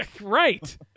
Right